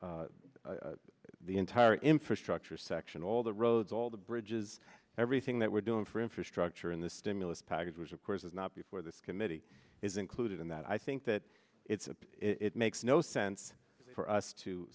package the entire infrastructure section all the roads all the bridges everything that we're doing for infrastructure in this stimulus package which of course is not before this committee is included in that i think that it's it makes no sense for us to